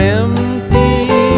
empty